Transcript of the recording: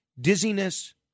dizziness